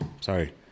Sorry